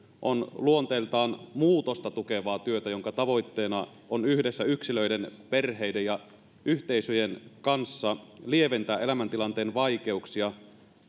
on luonteeltaan muutosta tukevaa työtä jonka tavoitteena on yhdessä yksilöiden perheiden ja yhteisöjen kanssa lieventää elämäntilanteen vaikeuksia